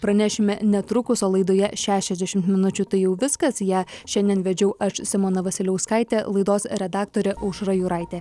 pranešime netrukus o laidoje šešiasdešimt minučių tai jau viskas ją šiandien vedžiau aš simona vasiliauskaitė laidos redaktorė aušra juraitė